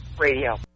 Radio